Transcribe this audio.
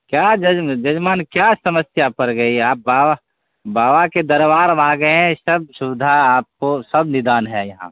क्या जज जजमान क्या समस्या पड़ गई आप बाबा बाबा के दरबार में आ गए हैं सब सुविधा आपको सब निदान है यहाँ